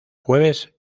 jueves